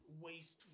waste